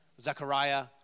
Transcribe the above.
Zechariah